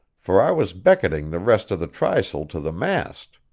for i was becketing the rest of the trysail to the mast.